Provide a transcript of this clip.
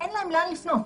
אין להם לאן לפנות.